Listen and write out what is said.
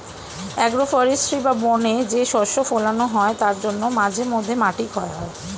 agro forestry বা বনে যে শস্য ফোলানো হয় তার জন্য মাঝে মধ্যে মাটি ক্ষয় হয়